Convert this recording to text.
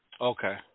okay